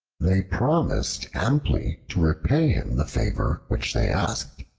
they promised amply to repay him the favor which they asked.